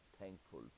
thankful